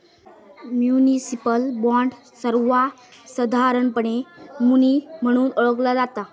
municipal bond, सर्वोसधारणपणे muni म्हणून ओळखला जाता